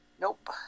Nope